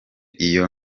iyo